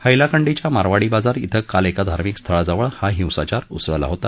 हैलाकंडीच्या मारवाडी बाजार श्वे काल एका धार्मिक स्थळाजवळ हा हिंसाचार उसळला होता